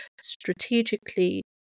strategically